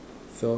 so